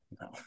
No